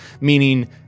Meaning